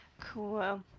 Cool